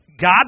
God